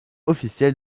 officiels